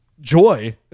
joy